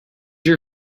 your